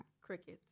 Crickets